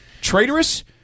Traitorous